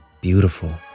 beautiful